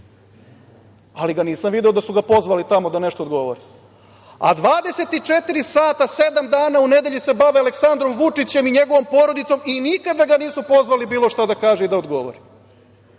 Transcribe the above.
ali ga nisam video da su ga pozvali tamo da nešto odgovori, a dvadeset i četiri sata, sedam dana u nedelji se bave Aleksandrom Vučićem i njegovom porodicom i nikada ga nisu pozvali bilo šta da kaže i da odgovori. Pa,